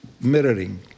mirroring